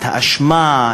את תחושת האשמה,